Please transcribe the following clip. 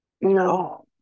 No